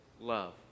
love